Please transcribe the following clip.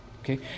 Okay